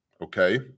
Okay